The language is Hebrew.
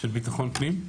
ביטחון פנים.